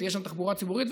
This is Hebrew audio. ותהיה שם תחבורה ציבורית.